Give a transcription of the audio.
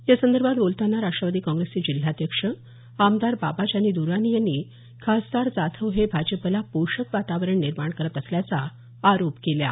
यासंदर्भात बोलतांना राष्ट्रवादी काँग्रेसचे जिल्हाध्यक्ष आमदार बाबाजानी द्र्राणी यांनी खासदार जाधव हे भाजपला पोषक वातावरण निर्माण करत असल्याचा आरोप केला आहे